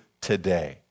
today